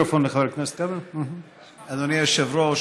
אדוני היושב-ראש,